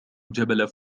جبل